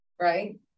Right